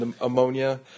ammonia